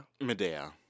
Medea